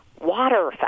water